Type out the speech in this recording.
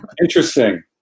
interesting